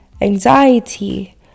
anxiety